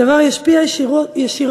הדבר ישפיע ישירות